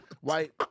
White